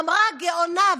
אמרה הגאונה,